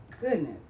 goodness